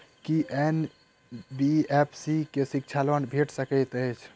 की NBFC सँ शिक्षा loan भेटि सकैत अछि?